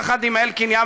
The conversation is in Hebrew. יחד עם אלקין,